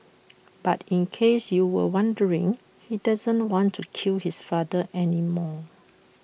but in case you were wondering he doesn't want to kill his father anymore